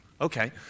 Okay